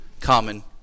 common